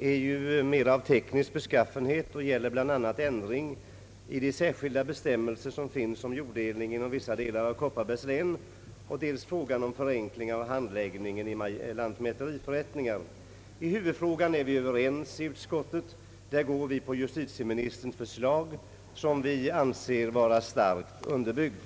är av teknisk beskaffenhet. Den gäller bl.a. dels ändring av de särskilda bestämmelser, som finns om jorddelningen inom vissa delar av Kopparbergs län, dels förenkling av handläggningen av lantmäteriförrättningar. I huvudfrågan är vi överens inom utskottet. Där går vi på justitieministerns förslag som vi anser vara starkt under byggt.